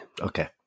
Okay